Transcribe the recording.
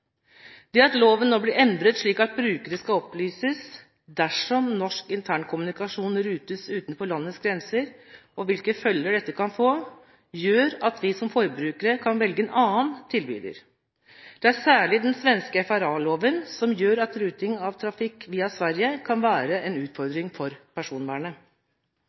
Det at loven nå blir endret slik at brukere skal opplyses dersom norsk intern kommunikasjon rutes utenfor landets grenser og hvilke følger dette kan få, gjør at vi som forbrukere kan velge en annen tilbyder. Det er særlig den svenske FRA-loven som gjør at ruting av trafikk via Sverige kan være en utfordring for personvernet.